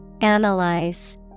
Analyze